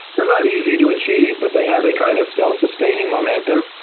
they're not easy to achieve, but they have a kind of self sustaining momentum.